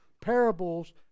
Parables